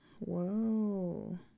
whoa